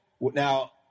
Now